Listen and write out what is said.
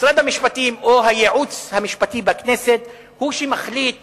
משרד המשפטים או הייעוץ המשפטי בכנסת הוא שמחליט